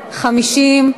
50,